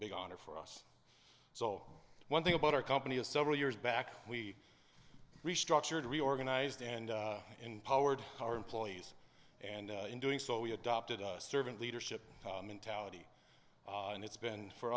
big honor for us so one thing about our company is several years back we restructured reorganized and in powered our employees and in doing so we adopted a servant leadership mentality and it's been for